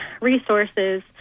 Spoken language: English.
Resources